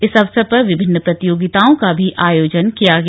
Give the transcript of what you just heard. इस अवसर पर विभिन्न प्रतियोगिताओं का भी आयोजन किया गया